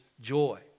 joy